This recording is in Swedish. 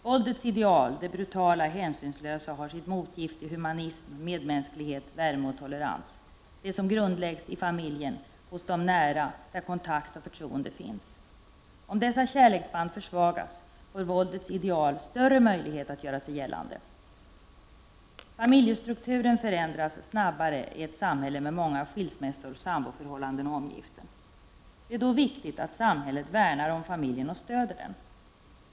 Våldets ideal — det brutala, hänsynslösa — har sitt motgift i humanism, medmänsklighet, värme och tolerans, det som grundläggs i familjen, hos de nära, där kontakt och förtroende finns. Om dessa kärleksband försvagas får våldets ideal större möjligheter att göra sig gällande. Familjestrukturen förändras snabbare i ett samhälle med många skilsmässor, samboförhållanden och omgiften. Det är då viktigt att samhället värnar om familjen och stöder den.